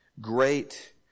great